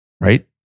right